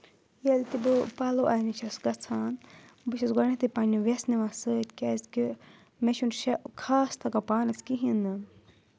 ییٚلہِ تہِ بہٕ پَلو اَنٕنہِ چھَس گَژھان بہٕ چھَس گۄڈنؠتھٕے پنٕنہِ ویس نِوان سۭتۍ کیازکہِ مےٚ چھُنہٕ شیےٚ خاص تَگان پانَس کِہیٖنۍ نہٕ